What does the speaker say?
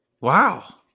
Wow